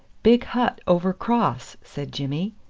big hut over cross, said jimmy.